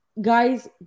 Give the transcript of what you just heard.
guys